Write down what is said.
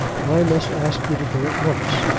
i must ask you to go at once.